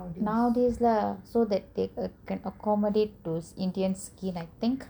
nowadays lah so that they can accommodate to indian skin I think